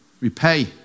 repay